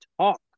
talk